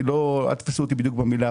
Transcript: אל תתפסו אותי בדיוק במילה.